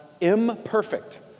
imperfect